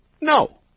No